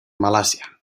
malasia